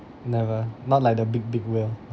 never not like the big big whale